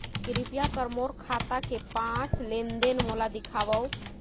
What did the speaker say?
कृपया कर मोर खाता के पांच लेन देन मोला दिखावव